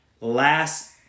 last